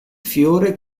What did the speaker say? fiore